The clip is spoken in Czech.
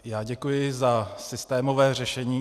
Já děkuji za systémové řešení.